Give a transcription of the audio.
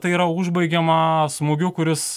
tai yra užbaigiama smūgiu kuris